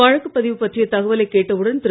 வழக்கு பதிவு பற்றிய தகவலை கேட்டவுடன் திரு